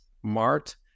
smart